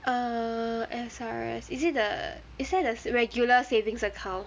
err S_R_S is it the is that the regular savings account